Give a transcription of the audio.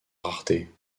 rareté